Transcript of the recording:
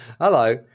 hello